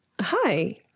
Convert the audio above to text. hi